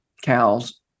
cows